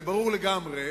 זה ברור לגמרי,